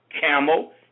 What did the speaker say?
camel